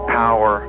power